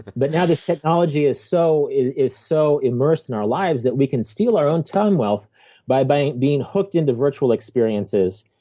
but now this technology is so is so immersed in our lives, that we can steal our own time wealth by by being hooked into virtual experiences,